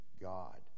God